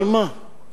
על מה?